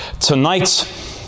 tonight